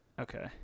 Okay